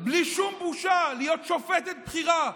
בלי שום בושה להיות שופטת בכירה.